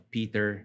Peter